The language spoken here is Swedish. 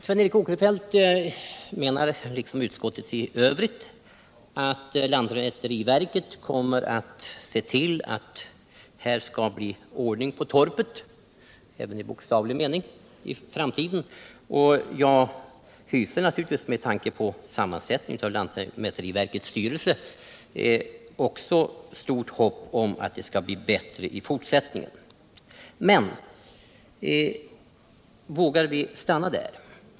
Sven Eric Åkerfeldt menar, liksom utskottet i övrigt, att lantmäteriverket kommer att se till att det blir ordning på torpet i framtiden, även i bokstavlig mening. Jag hyser naturligtvis, med tanke på sammansättningen av lantmäteriverkets styrelse, också stort hopp om att det skall bli bättre i fortsättningen. Men vågar vi stanna där?